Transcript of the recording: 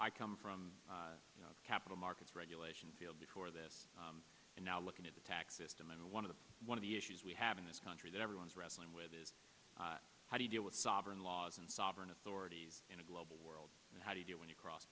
i come from you know capital markets regulation failed before that and now looking at the tax system and one of the one of the issues we have in this country that everyone is wrestling with is how do you deal with sovereign laws and sovereign authority in a global world and how do you do when you cross